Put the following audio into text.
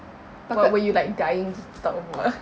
what were you like dying to talk about